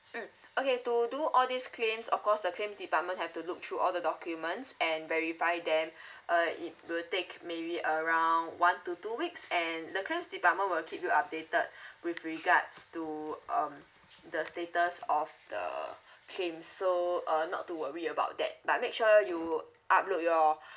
mm okay to do all these claims of course the claim department have to look through all the documents and verify them uh it will take maybe around one to two weeks and the claims department will keep you updated with regards to um the status of the claims so uh not to worry about that but make sure you upload your